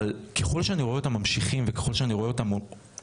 אבל ככל שאני רואה אותם ממשיכים וככל שאני רואה אותם הולכים,